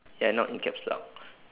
ya not in caps lock